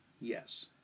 Yes